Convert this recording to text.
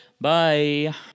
Bye